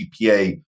GPA